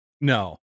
no